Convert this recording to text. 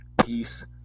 Peace